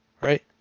right